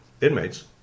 inmates